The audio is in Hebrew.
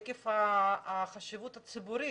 עקב החשיבות הציבורית.